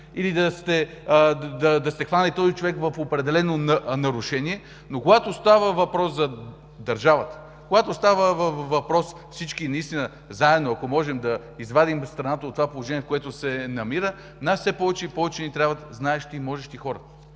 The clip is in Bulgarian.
или да сте хванали този човек в определено нарушение. Но когато става въпрос за държавата, когато става въпрос всички заедно, ако можем, да извадим страната от това положение, в което се намира, все повече и повече ни трябват знаещи и можещи хора.